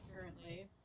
currently